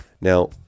Now